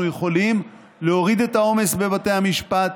יכולים להוריד את העומס בבתי המשפט,